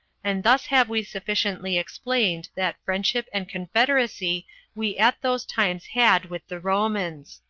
and thus have we sufficiently explained that friendship and confederacy we at those times had with the romans.